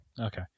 Okay